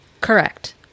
Correct